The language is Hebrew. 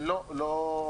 לא.